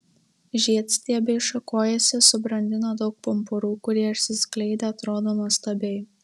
žiedstiebiai šakojasi subrandina daug pumpurų kurie išsiskleidę atrodo nuostabiai